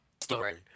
story